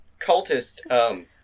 cultist